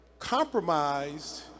compromised